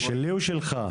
שלי או שלך?